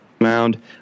mound